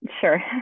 Sure